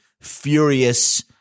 furious